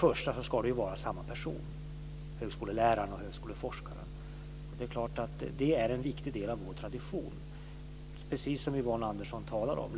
Först och främst ska högskoleläraren och högskoleforskaren vara samma person. Lektoraten är en viktig del av vår tradition, precis som Yvonne Andersson talar om,